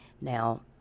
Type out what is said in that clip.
Now